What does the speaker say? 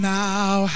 now